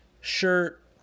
shirt